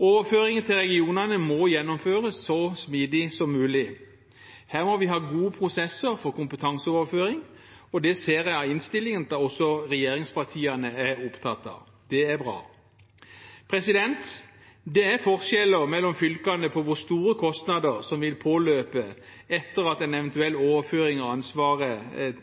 Overføringen til regionene må gjennomføres så smidig som mulig. Her må vi ha gode prosesser for kompetanseoverføring, og det ser jeg av innstillingen at også regjeringspartiene er opptatt av. Det er bra. Det er forskjeller mellom fylkene når det gjelder hvor store kostnader som vil påløpe etter en eventuell overføring av ansvaret